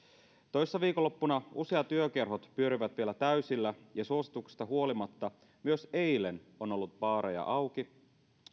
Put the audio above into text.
toissa viikonloppuna useat yökerhot pyörivät vielä täysillä ja suosituksista huolimatta myös eilen on ollut baareja auki